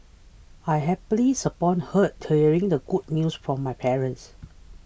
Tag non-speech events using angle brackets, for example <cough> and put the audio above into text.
I happiness upon heart hearing the good news from my parents <noise>